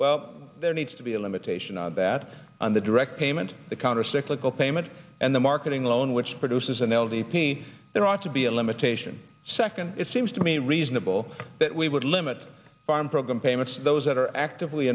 well there needs to be a limitation on that on the direct payment the countercyclical payment and the marketing alone which produces an l d p there ought to be a limitation second it seems to me reasonable that we would limit farm program payments those that are actively